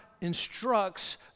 instructs